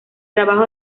trabajo